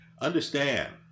Understand